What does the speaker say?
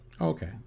Okay